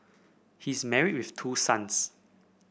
he is married with two sons